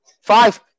Five